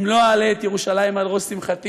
אם לא אעלה את ירושלים על ראש שמחתי",